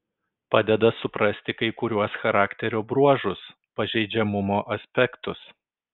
padeda suprasti kai kuriuos charakterio bruožus pažeidžiamumo aspektus